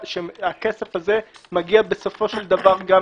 והכסף הזה מגיע בסופו של דבר גם